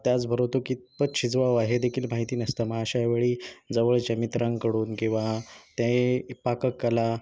त्याचबरो तो कितपत शिजवावा हे देखील माहिती नसतंं मग अशा वेळी जवळच्या मित्रांकडून किंवा त्याही इ पाककला